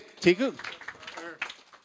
Tiku